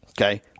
Okay